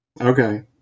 Okay